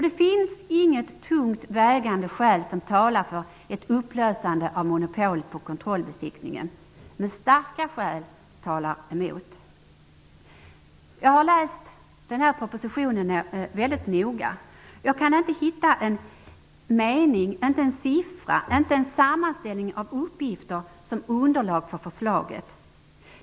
Det finns inget tungt vägande skäl som talar för ett upplösande av monopolet på kontrollbesiktningar, men det finns starka skäl som talar emot. Jag har läst propositionen väldigt noga, men jag kan inte hitta en mening, inte en siffra, inte en sammanställning av uppgfiter som underlag för förslaget.